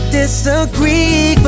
disagree